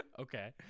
okay